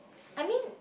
I mean